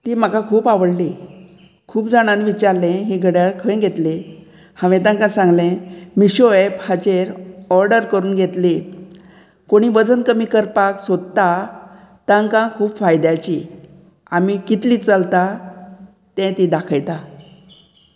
ती म्हाका खूब आवडली खूब जाणांनी विचारलें ही गड्याळ खंय घेतली हांवें तांकां सांगलें मिशो एप हाचेर ऑर्डर करून घेतली कोणी वजन कमी करपाक सोदता तांकां खूब फायद्याची आमी कितली चलता तें ती दाखयता